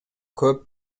көп